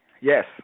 Yes